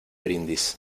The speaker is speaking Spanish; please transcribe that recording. brindis